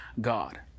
God